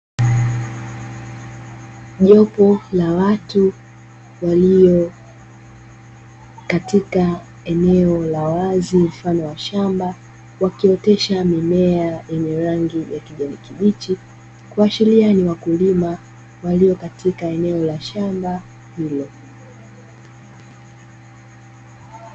Jopo la watu waliokatika eneo la wazi mfano wa shamba, wakiotesha mimea yenye rangi ya kijani kibichi, kuashiria ni wakulima waliokatika eneo la shamba hilo.